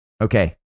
Okay